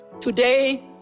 Today